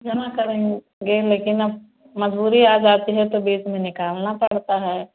जमा करेंगे लेकिन अब मजबूरी आ जाती है तो बीच में निकलना पड़ता है